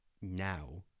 now